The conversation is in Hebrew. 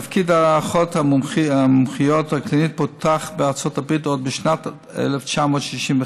תפקיד האחות המומחית הקלינית פותח בארצות הברית עוד בשנת 1965,